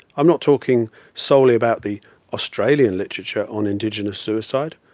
i'm not talking solely about the australian literature on indigenous suicide,